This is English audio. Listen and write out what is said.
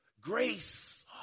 Grace